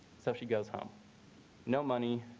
so she goes home no money,